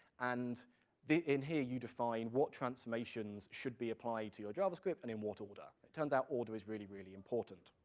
and in here you define what transformations should be applied to your javascript, and in what order. it turns out order is really really important.